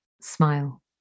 smile